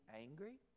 angry